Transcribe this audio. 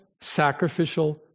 sacrificial